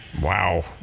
Wow